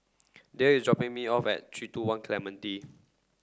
Dayle is dropping me off at three two one Clementi